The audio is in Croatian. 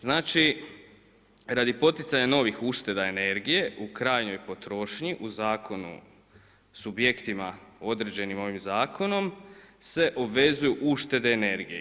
Znači radi poticanja novih ušteda energije, u krajnjoj potrošnji u Zakonu subjektima određenim ovim zakonom se obvezuju uštede energije.